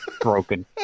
broken